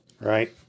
right